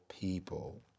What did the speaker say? people